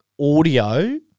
audio